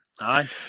aye